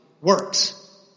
works